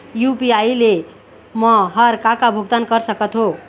UPI ले मे हर का का भुगतान कर सकत हो?